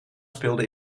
speelden